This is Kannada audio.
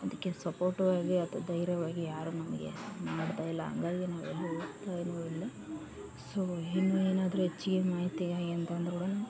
ಅದಕ್ಕೆ ಸಪೋರ್ಟು ಆಗಿ ಅಥ್ವ ಧೈರ್ಯವಾಗಿ ಯಾರು ನಮಗೆ ಮಾಡ್ತಾಯಿಲ್ಲಾ ಹಂಗಾಗಿ ನಾವು ಎಲ್ಲು ಹೋಗ್ತಾ ಇಲ್ಲ ಸೋ ಇನ್ನು ಏನಾದರು ಹೆಚ್ಚಿಗೆ ಮಾಹಿತಿಗಾಗಿ ಅಂತದ್ರುಕೂಡ